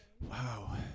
Wow